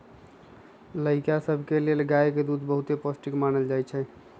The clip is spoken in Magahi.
लइका सभके लेल गाय के दूध बहुते पौष्टिक मानल जाइ छइ